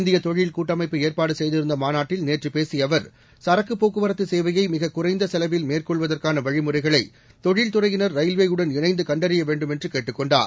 இந்திய தொழில் கூட்டமைப்பு ஏற்பாடு செய்திருந்த மாநாட்டில் நேற்று பேசிய அவர் சரக்குப் போக்குவரத்து சேவையை மிகக் குறைந்த செலவில் மேற்கொள்வதற்கான வழிமுறைகளை தொழில் துறையினர் ரயில்வேயுடன் இணைந்து கண்டறிய வேண்டும் என்று கேட்டுக் கொண்டார்